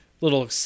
little